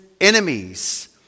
enemies